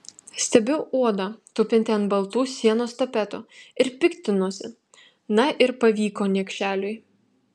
stebiu uodą tupintį ant baltų sienos tapetų ir piktinuosi na ir pavyko niekšeliui